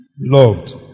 Loved